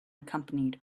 accompanied